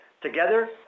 Together